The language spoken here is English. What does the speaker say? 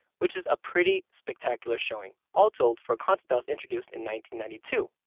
which is a pretty spectacular showing. all told for concept that was introduced and ninety ninety two,